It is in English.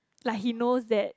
like he knows that